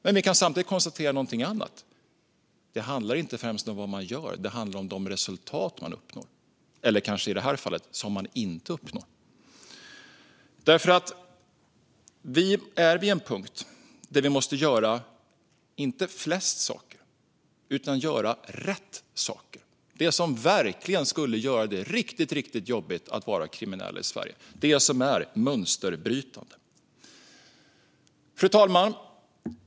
Men vi kan samtidigt konstatera någonting annat: Det handlar inte främst om vad man gör, utan det handlar om de resultat som man uppnår - eller kanske i det här fallet, som man inte uppnår. Vi är vid en punkt där vi inte måste göra flest saker utan rätt saker - det som verkligen skulle göra det riktigt, riktigt jobbigt att vara kriminell i Sverige och det som är mönsterbrytande. Fru talman!